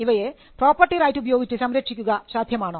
ഇവയെ property right ഉപയോഗിച്ച് സംരക്ഷിക്കുക സാധ്യമാണോ